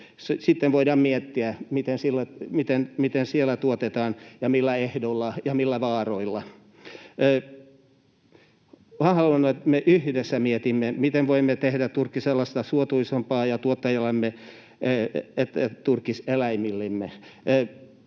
Sitten voidaan miettiä, miten siellä tuotetaan ja millä ehdoilla ja millä vaaroilla. Haluan, että me yhdessä mietimme, miten voimme tehdä turkisalasta suotuisampaa sekä tuottajillemme että turkiseläimillemme.